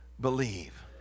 believe